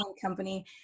Company